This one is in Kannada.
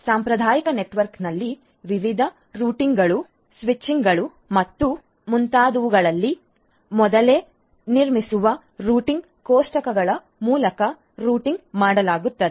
ಸಾಂಪ್ರದಾಯಿಕ ನೆಟ್ವರ್ಕ್ನಲ್ಲಿ ವಿವಿಧ ರೂಟರ್ಗಳು ಸ್ವಿಚ್ಗಳು ಮತ್ತು ಮುಂತಾದವುಗಳಲ್ಲಿ ಮೊದಲೇ ನಿರ್ಮಿಸಿರುವ ರೂಟಿಂಗ್ ಕೋಷ್ಟಕಗಳ ಮೂಲಕ ರೂಟಿಂಗ್ ಮಾಡಲಾಗುತ್ತದೆ